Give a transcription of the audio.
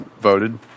voted